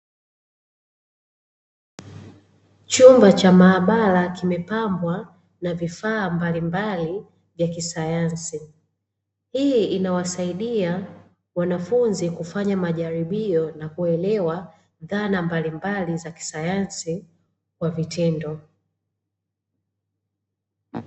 Chumba cha maabara kimepambwa na vifaa mbalimbali vya kisayansi, hii inawasaidia wanafunzi kufanya majaribio na kuelewa dhana mbalimbali za kisayansi kwa vitendo.